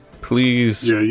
Please